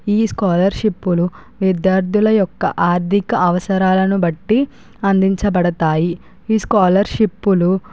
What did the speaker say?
ఈ స్కాలర్షిప్పులు విద్యార్థుల యొక్క ఆర్థిక అవసరాలను బట్టి అందించబడతాయి ఈ స్కాలర్షిప్పులు